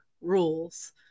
rules